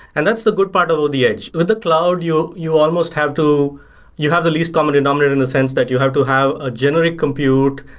and that's the good part about ah the edge with the cloud, you you almost have to you have the least common denominator in the sense that you have to have a generic compute,